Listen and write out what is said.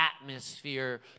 atmosphere